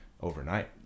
overnight